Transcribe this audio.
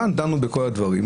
כאן דנו בכל הדברים,